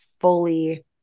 fully